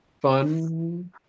fun